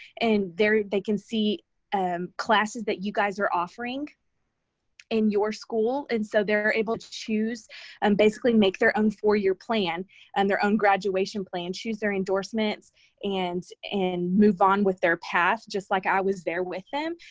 there they can see um classes that you guys are offering in your school, and so they're able to choose and basically make their own four-year plan and their own graduation plan, choose their endorsements and and move on with their path just like i was there with them.